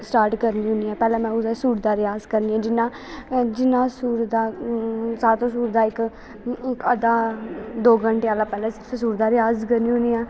start करनी होन्नी आं पैह्लें में ओह्दे सुर दा रिआज करनी जिन्नां जिन्नां सुर दा सातों सुर दा इक अद्धा दो घंटे आह्ला पैह्लें स सुर दा रिआज करनी होन्नी आं